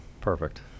Perfect